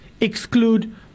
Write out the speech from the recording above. exclude